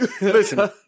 Listen